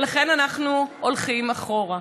ולכן אנחנו הולכים אחורה,